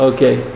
Okay